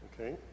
Okay